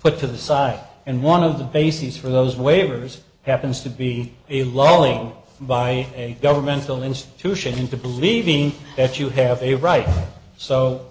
put to the side and one of the bases for those waivers happens to be a loan by a governmental institution into believing that you have a right so